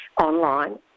online